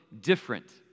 different